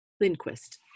Lindquist